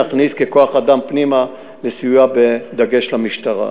נכניס ככוח אדם פנימה לסיוע בדגש למשטרה.